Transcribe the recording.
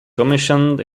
commissioned